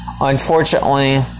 Unfortunately